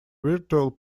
virtual